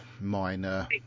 minor